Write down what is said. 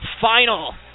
Final